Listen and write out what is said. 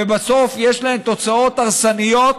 ובסוף יש להם תוצאות הרסניות,